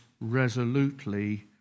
resolutely